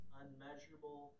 unmeasurable